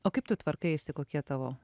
o kaip tu tvarkaisi kokie tavo